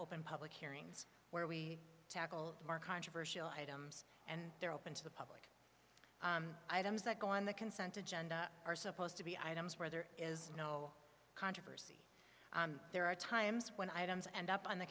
open public hearings where we tackle our controversial items and they're open to the pub is that go on the consent agenda are supposed to be items where there is no controversy there are times when i don't end up on the